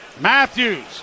Matthews